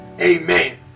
Amen